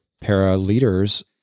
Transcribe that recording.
para-leaders